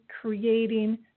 creating